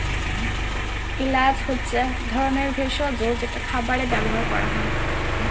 এলাচ হচ্ছে এক ধরনের ভেষজ যেটা খাবারে ব্যবহার করা হয়